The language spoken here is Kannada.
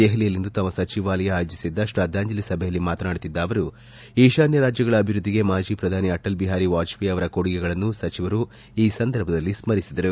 ದೆಹಲಿಯಲ್ಲಿಂದು ತಮ್ನ ಸಚಿವಾಲಯ ಆಯೋಜಿಸಿದ್ದ ಶ್ರದ್ದಾಂಜಲಿ ಸಭೆಯಲ್ಲಿ ಮಾತನಾಡುತ್ತಿದ್ದ ಅವರು ಈಶಾನ್ಯ ರಾಜ್ವಗಳ ಅಭಿವೃದ್ದಿಗೆ ಮಾಜಿ ಪ್ರಧಾನಿ ಅಟಲ್ ಬಿಹಾರಿ ವಾಜಪೇಯು ಅವರ ಕೊಡುಗೆಗಳನ್ನು ಸಚಿವರು ಈ ಸಂದರ್ಭದಲ್ಲಿ ಸ್ಕರಿಸಿದರು